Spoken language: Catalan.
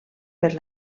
per